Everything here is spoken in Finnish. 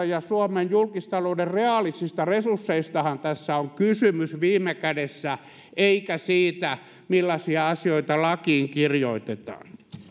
ja suomen julkistalouden reaalisista resursseistahan tässä on kysymys viime kädessä eikä siitä millaisia asioita lakiin kirjoitetaan